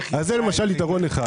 אז זה למשל יתרון אחד.